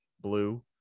Blue